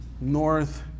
North